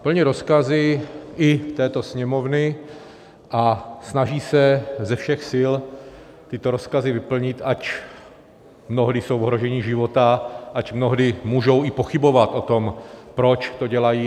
Plní rozkazy i této Sněmovny a snaží se ze všech sil tyto rozkazy vyplnit, ač mnohdy jsou v ohrožení života, ač mnohdy můžou i pochybovat o tom, proč to dělají.